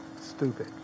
stupid